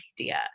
idea